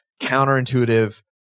counterintuitive